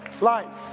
life